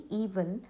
evil